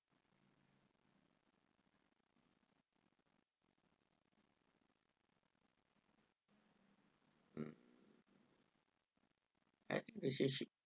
mm I think relationship